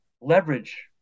leverage